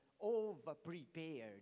over-prepared